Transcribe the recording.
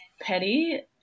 petty